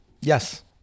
Yes